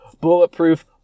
Bulletproof